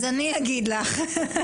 אז אני אגיד לך,